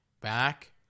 back